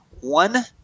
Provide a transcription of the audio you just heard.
one